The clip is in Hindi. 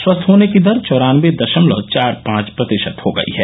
स्वस्थ होने की दर चौरानबे दशमलव चार पांच प्रतिशत हो गई है